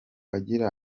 agira